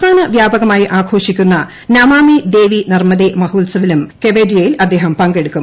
സംസ്ഥാന വ്യാപകമായി ആഘോഷിക്കുന്ന നമാമി ദേവി നർമ്മദേ മഹോത്സവിലും കെവഡിയയിൽ അദ്ദേഹം പങ്കെടുക്കും